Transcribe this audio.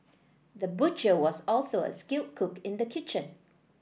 the butcher was also a skilled cook in the kitchen